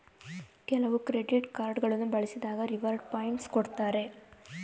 ಕೆಲವು credit card ಗಳನ್ನು ಬಳಸಿದಾಗ ರಿವಾರ್ಡ್ ಪಾಯಿಂಟ್ಸ್ ಕೊಡ್ತಾರೆ